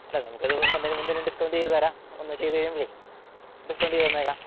അല്ല നമുക്ക് അത് വന്നതിന് വന്നതിന് ഡിസ്കൌണ്ട് ചെയ്ത് തരാം ഒന്ന് ചെയ്ത് കഴിയുമ്പഴേ ഡിസ്കൌണ്ട് ചെയ്ത് തന്നേക്കാം